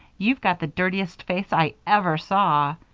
you've got the dirtiest face i ever saw.